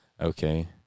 Okay